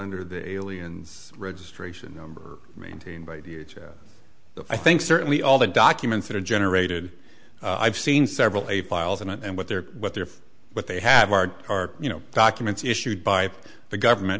under the aliens registration number maintained by dujail i think certainly all the documents that are generated i've seen several a files in and what they're what they're what they have are are you know documents issued by the government